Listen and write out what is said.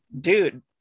dude